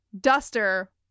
Duster